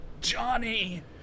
Johnny